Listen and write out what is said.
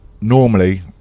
normally